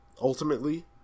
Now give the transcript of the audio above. ultimately